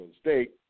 State